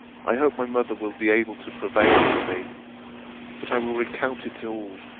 i hope my mother will be able to prevail for me but i will recount it all,